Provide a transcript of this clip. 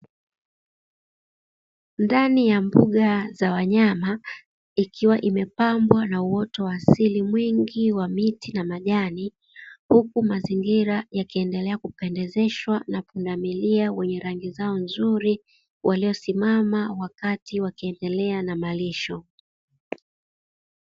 Ndani ya mbuga za wanyama ikiwa imepambwa na uwoto wa asili mwingi wa miti na majani huku mazingira yakiendelea kupendezeshwa na punda milia wenye rangi zao nzuri, waliosimama wakati wakiendelea na malisho.